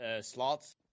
slots